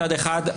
מצד אחד,